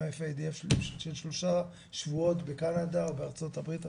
של שלושה שבועות בקנדה או בארצות הברית,